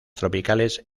tropicales